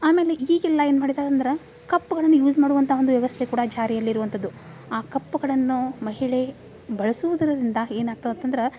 ಆಮೇಲೆ ಈಗೆಲ್ಲ ಏನು ಮಾಡಿದಾರೆ ಅಂದ್ರೆ ಕಪ್ಗಳನ್ನು ಯೂಸ್ ಮಾಡೋವಂಥ ಒಂದು ವ್ಯವಸ್ಥೆ ಕೂಡ ಜಾರಿಯಲ್ಲಿ ಇರುವಂಥದ್ದು ಆ ಕಪ್ಗಳನ್ನೂ ಮಹಿಳೆ ಬಳಸುವುದರಿಂದ ಏನಾಗ್ತದೆ ಅಂದ್ರೆ